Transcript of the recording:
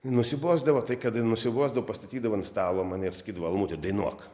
nusibosdavo tai kad nusiubosdavo pastatydavo ant stalo mane ir sakydavo almuti dainuok